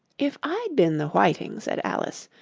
if i'd been the whiting said alice,